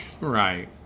Right